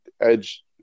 Edge